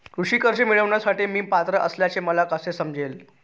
कृषी कर्ज मिळविण्यासाठी मी पात्र असल्याचे मला कसे समजेल?